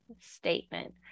statement